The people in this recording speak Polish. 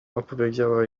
opowiedziała